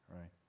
right